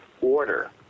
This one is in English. order